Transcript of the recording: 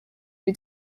who